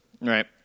Right